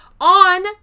On